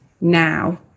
now